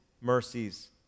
mercies